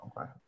Okay